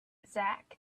zak